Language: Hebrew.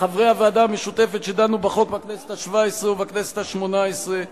לחברי הוועדה המשותפת אשר דנו בחוק בכנסת השבע-עשרה ובכנסת השמונה-עשרה,